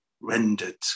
rendered